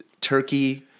turkey